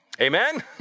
Amen